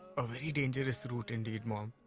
ah very dangerous route indeed, mom.